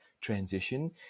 transition